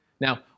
Now